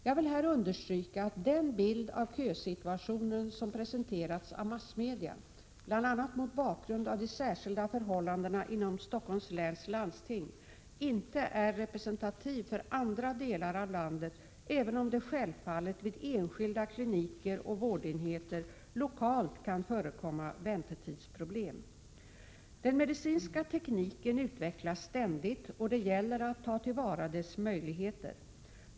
Jag vill här understryka att den bild av kösituationen som presenterats av massmedia — bl.a. mot bakgrund av de särskilda förhållandena inom Stockholms läns landsting — inte är representativ för andra delar av landet, även om det självfallet vid enskilda kliniker och vårdenheter lokalt kan förekomma väntetidsproblem. Den medicinska tekniken utvecklas ständigt, och det gäller att ta till vara dess möjligheter.